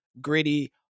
gritty